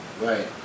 Right